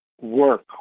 work